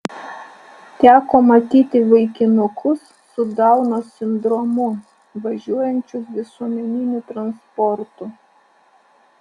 teko matyti vaikinukus su dauno sindromu važiuojančius visuomeniniu transportu